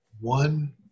one